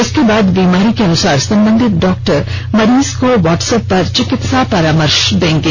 इसके बाद बीमारी के अनुसार संबंधित डॉक्टर मरीज को व्हाट्सएप पर चिकित्सा परामर्श देंगे